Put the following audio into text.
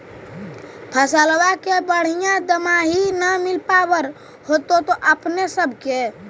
फसलबा के बढ़िया दमाहि न मिल पाबर होतो अपने सब के?